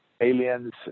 aliens